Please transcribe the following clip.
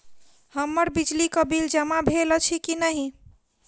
हम्मर बिजली कऽ बिल जमा भेल अछि की नहि?